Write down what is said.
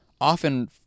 often